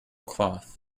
cloth